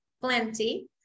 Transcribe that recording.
plenty